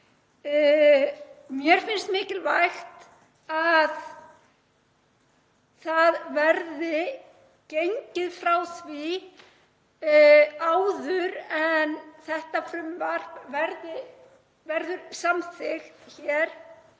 Mér finnst mikilvægt að það verði gengið frá því áður en þetta frumvarp verður samþykkt hér